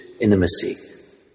intimacy